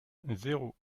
zéro